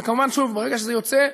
וכמובן, שוב, ברגע שזה יוצא,